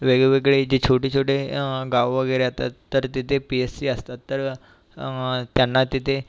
वेगवेगळे जे छोटे छोटे गावं वगैरे असतात तर तिथे पी एस सी असतात तर त्यांना तिथे